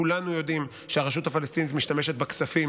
כולנו יודעים שהרשות הפלסטינית משתמשת בכספים